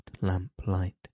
lamplight